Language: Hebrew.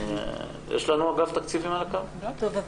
כן.